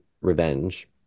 Revenge